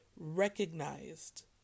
recognized